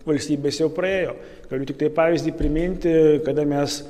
valstybės jau praėjo galiu tiktai pavyzdį priminti kada mes